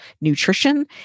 nutrition